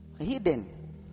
Hidden